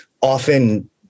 often